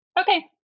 Okay